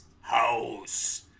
House